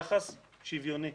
יחס שוויוני.